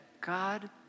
God